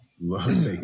love